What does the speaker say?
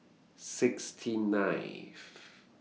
sixty ninth